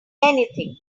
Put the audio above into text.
anything